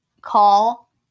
call